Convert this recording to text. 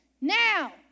Now